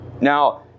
Now